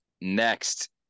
Next